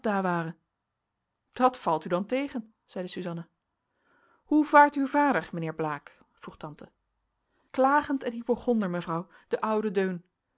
dat valt u dan tegen zeide suzanna hoe vaart uw vader mijnheer blaek vroeg tante klagend en hypochonder mevrouw de oude deun